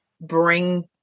bring